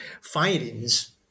findings